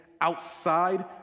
outside